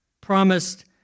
promised